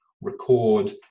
record